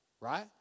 right